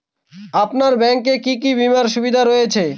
আপনার ব্যাংকে কি কি বিমার সুবিধা রয়েছে?